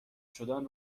شدن